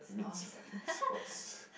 minced meat sauce